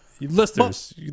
listeners